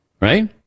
Right